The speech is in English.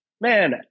man